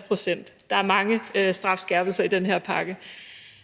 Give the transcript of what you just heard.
pct. – der er mange strafskærpelser i den her pakke.